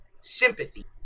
sympathy